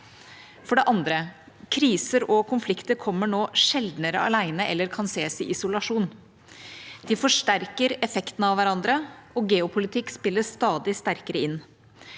For det andre: Kriser og konflikter kommer nå sjeldnere alene eller kan ses i isolasjon. De forsterker effekten av hverandre, og geopolitikk spiller stadig sterkere inn.